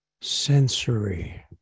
sensory